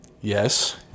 Yes